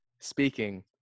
speaking